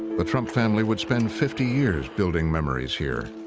the trump family would spend fifty years building memories here.